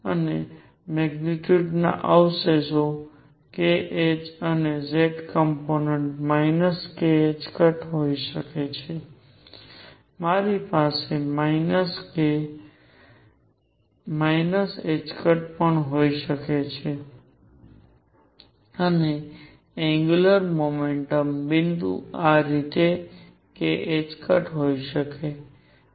અને મેગ્નીટ્યુડ ના અવશેષો kh અને z કોમ્પોનેંટ k હોઈ શકે છે મારી પાસે k ℏ પણ હોઈ શકે છે અને એંગ્યુંલર મોમેન્ટમ બિંદુ આ રીતે k હોઈ શકે છે